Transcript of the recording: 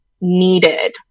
needed